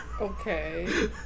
Okay